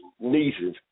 nieces